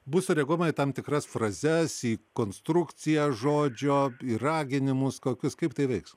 bus sureaguojama į tam tikras frazes į konstrukcijas žodžio į raginimus kokius kaip tai veiks